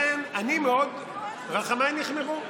רחמיי נכמרו.